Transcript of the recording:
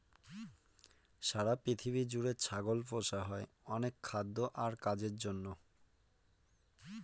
সারা পৃথিবী জুড়ে ছাগল পোষা হয় অনেক খাদ্য আর কাজের জন্য